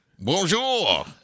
Bonjour